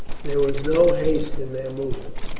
there was no haste in their movements.